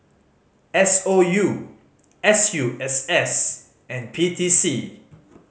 S O U S U S S and P T C